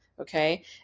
Okay